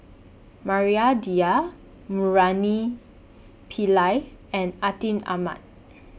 Maria Dyer Murali Pillai and Atin Amat